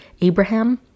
Abraham